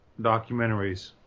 documentaries